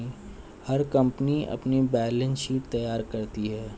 हर company अपनी balance sheet तैयार करती है